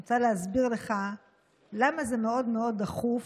אני רוצה להסביר לך למה זה מאוד מאוד דחוף